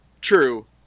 true